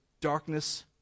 darkness